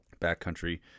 backcountry